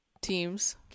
teams